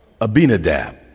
Abinadab